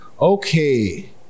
Okay